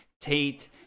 Tate